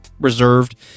reserved